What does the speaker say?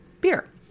beer